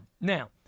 Now